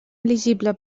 elegible